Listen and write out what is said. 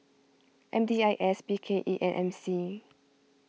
M D I S B K E and M C